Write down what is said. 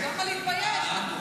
למה להתבייש?